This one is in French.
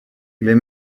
les